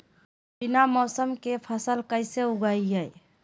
बिना मौसम के फसल कैसे उगाएं?